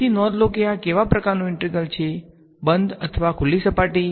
તેથી નોંધ લો કે આ કેવા પ્રકારનું ઇન્ટેગ્રલ છે બંધ અથવા ખુલ્લી સપાટી